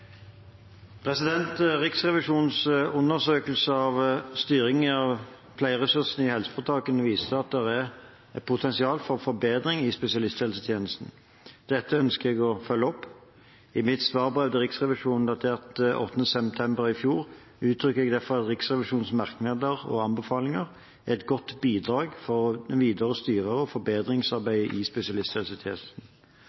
et potensial for forbedring i spesialisthelsetjenesten. Dette ønsker jeg å følge opp. I mitt svarbrev til Riksrevisjonen, datert 8. september i fjor, uttrykte jeg derfor at Riksrevisjonens merknader og anbefalinger er et godt bidrag for videre styring og